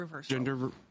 gender